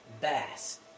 Bass